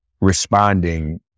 responding